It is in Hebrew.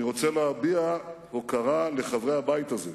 אני רוצה להביע הוקרה לחברי הבית הזה,